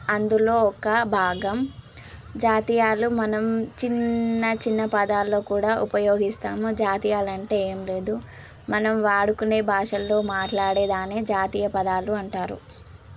అందులో ఒక భాగం జాతీయాలు మనం చిన్న చిన్న పదాల్లో కూడా ఉపయోగిస్తాము జాతీయాలంటే ఏం లేదు మనం వాడుకునే భాషల్లో మాట్లాడేదాన్నే జాతీయ పదాలు అంటారు